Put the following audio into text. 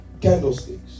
Candlesticks